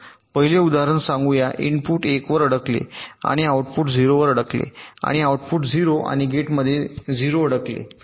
पहिले उदाहरण सांगूया इनपुट 1 वर अडकले आणि आउटपुट 0 वर अडकले आणि आउटपुट 0 आणि गेटमध्ये 0 वर अडकले